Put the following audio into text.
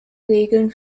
regeln